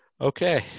Okay